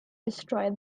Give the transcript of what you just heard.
destroy